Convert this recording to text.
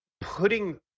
putting